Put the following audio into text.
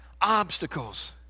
obstacles